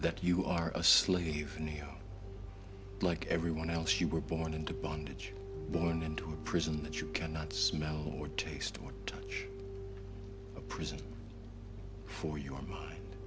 that you are a slave neo like everyone else you were born into bondage born and prison that you cannot smell or taste a prison for your